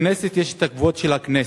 לכנסת יש הכבוד של הכנסת.